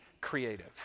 creative